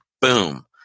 boom